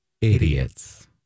idiots